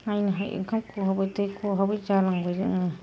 नायनो हायि ओंखाम खहाबै दै खहाबै जालांबाय जोङो